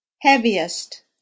Heaviest